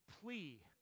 plea